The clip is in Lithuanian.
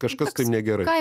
kažkas kad negerai